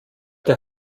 der